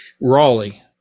Raleigh